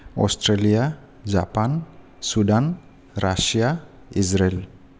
Australia Japan Sudan Russia Israel